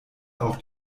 auch